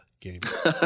games